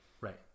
Right